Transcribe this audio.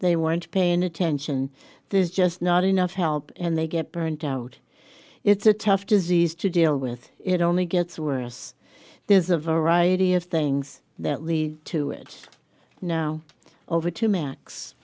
they weren't paying attention there's just not enough help and they get burnt out it's a tough disease to deal with it only gets worse there's a variety of things that lead to it now over to max